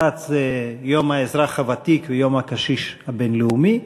אחד זה יום האזרח הוותיק ויום הקשיש הבין-לאומי